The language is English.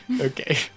Okay